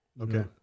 okay